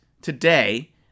today